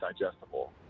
digestible